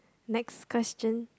next question